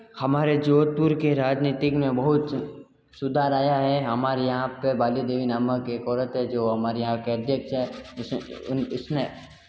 हमारे जोधपुर की राजनीति में बहुत सुधार आया है हमारे यहाँ पर बाली देवी नामक एक औरत है जो हमारी यहाँ की अध्यक्ष हैं उन उस ने